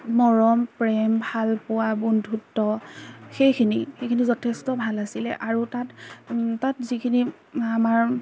মৰম প্ৰেম ভালপোৱা বন্ধুত্ব সেইখিনি সেইখিনি যথেষ্ট ভাল আছিলে আৰু তাত তাত যিখিনি আমাৰ